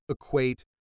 equate